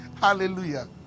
hallelujah